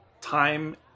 time